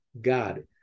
God